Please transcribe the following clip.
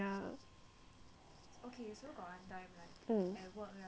mm